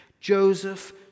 Joseph